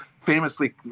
famously